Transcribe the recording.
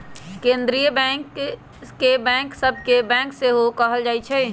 केंद्रीय बैंक के बैंक सभ के बैंक सेहो कहल जाइ छइ